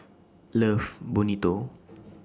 Love Bonito